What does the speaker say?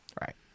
Right